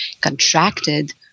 contracted